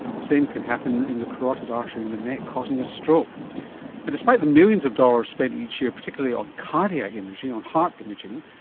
the same can happen in the carotid artery in the neck, causing a stroke. but despite the millions of dollars spent each year particularly on cardiac imaging, on heart imaging,